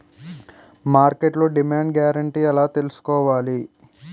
మార్కెట్లో demand guarantee ఎలా తెల్సుకోవాలి?